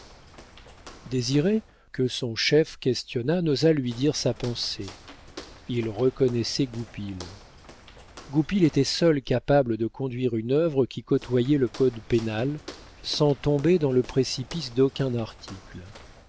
désiré que son chef questionna n'osa lui dire sa pensée il reconnaissait goupil goupil était seul capable de conduire une œuvre qui côtoyait le code pénal sans tomber dans le précipice d'aucun article